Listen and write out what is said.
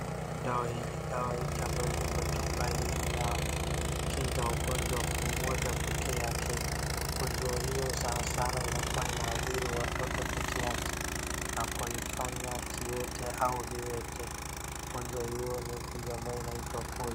Dawa hiki ambayo iko kwa chupa hii inakinga ugonjwa mmoja peke yake. Ugonjwa hiyo sana sana inakuwa inaadhiri watoto peke yake na kuifanya kiwete au viwete. Ugonjwa hiyo ni ugonjwa ambayo inaitwa polio.